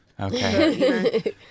Okay